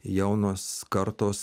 jaunos kartos